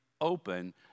open